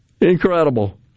Incredible